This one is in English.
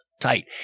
tight